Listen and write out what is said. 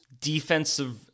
defensive